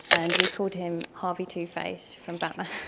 and we called him harvey two-face, from batman.